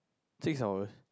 since I was